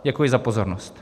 Děkuji za pozornost.